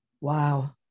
Wow